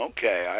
Okay